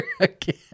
again